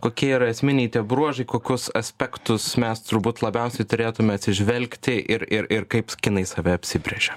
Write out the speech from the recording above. kokie yra esminiai bruožai kokius aspektus mes turbūt labiausiai turėtume atsižvelgti ir ir ir kaip kinai save apsibrėžia